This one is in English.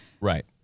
Right